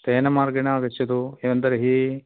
तेन मार्गेण आगच्छतु एवं तर्हि